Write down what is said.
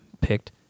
picked